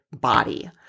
body